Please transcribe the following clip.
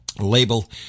label